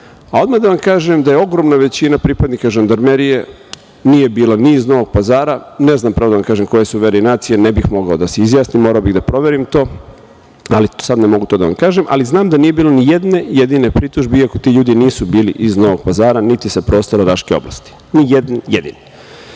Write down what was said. a odmah da vam kažem da je ogromna većina pripadnika žandarmerije nije bila ni iz Novog Pazara, ne znam, pravo da vam kažem, koje su vere i nacije, ne bih mogao da se izjasnim, morao bih da proverim to, ali sad ne mogu to da vam kažem. Znam da nije bilo ni jedne jedine pritužbe, iako ti ljudi nisu bili iz Novog Pazara, niti sa prostora Raške oblasti, ni jedne jedine,